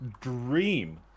Dream